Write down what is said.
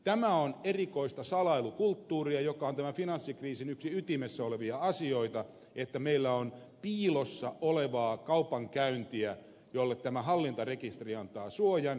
tämä on erikoista salailukulttuuria joka on yksi tämän finanssikriisin ytimessä olevia asioita että meillä on piilossa olevaa kaupankäyntiä jolle tämä hallintarekisteri antaa suojan